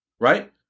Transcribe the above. right